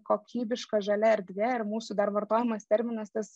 kokybiška žalia erdvė ir mūsų dar vartojamas terminas tas